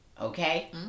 Okay